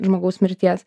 žmogaus mirties